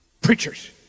Preachers